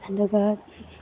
ꯑꯗꯨꯒ